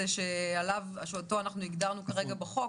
גורם שהגדרנו בחוק